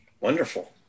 Wonderful